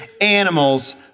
animals